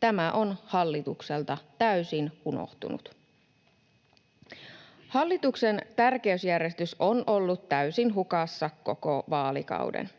Tämä on hallitukselta täysin unohtunut. Hallituksen tärkeysjärjestys on ollut täysin hukassa koko vaalikauden.